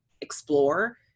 explore